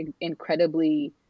incredibly